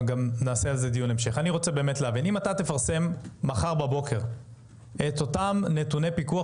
אם תפרסם מחר בבוקר את אותם נתוני פיקוח,